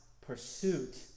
pursuit